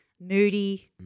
moody